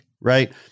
right